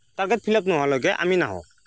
target fill up নোহোৱালৈকে আমি নাহোঁ